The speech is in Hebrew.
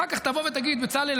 אחר כך תבוא ותגיד: בצלאל,